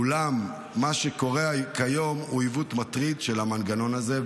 אולם מה שקורה כיום הוא עיוות מטריד של המנגנון הזה,